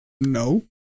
no